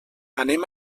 anem